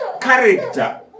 character